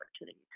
opportunity